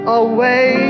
away